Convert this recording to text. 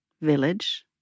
Village